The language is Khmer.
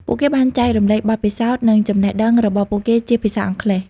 ពួកគេបានចែករំលែកបទពិសោធន៍និងចំណេះដឹងរបស់ពួកគេជាភាសាអង់គ្លេស។